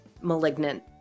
malignant